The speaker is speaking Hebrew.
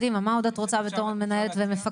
לא כתוב דשבורד,